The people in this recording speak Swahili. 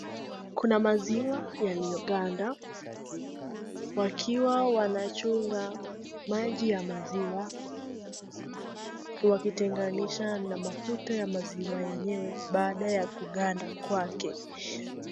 Kuna maziwa yaliyoganda wakiwa wanachunga maji ya maziwa, wakitenganisha na mafuta ya maziwa yenyewe baada ya kuganda kwake.